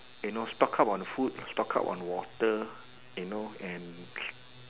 you know stock up on the food stock up on water you know and